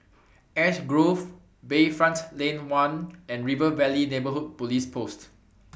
Ash Grove Bayfront Lane one and River Valley Neighbourhood Police Post